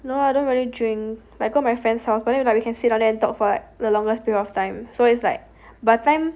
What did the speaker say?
no I don't really drink like I go my friend's house but like we can sit down there and talk for like the longest period of time so it's like by the time